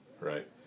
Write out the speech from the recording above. right